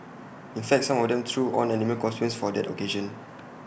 in fact some of them threw on animal costumes for the occasion